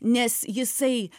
nes jisai